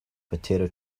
potato